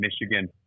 Michigan